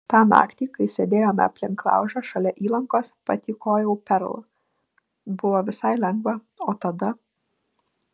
tą naktį kai sėdėjome aplink laužą šalia įlankos patykojau perl buvo visai lengva o tada